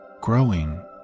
growing